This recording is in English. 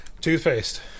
Toothpaste